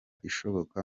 ishoboka